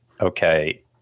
okay